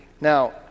Now